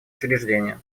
учреждения